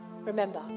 Remember